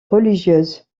religieuses